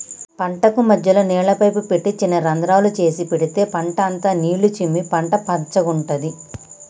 పంటకు మధ్యలో నీళ్ల పైపు పెట్టి చిన్న రంద్రాలు చేసి పెడితే పంట అంత నీళ్లు చిమ్మి పంట పచ్చగుంటది